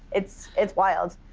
it's it's wild,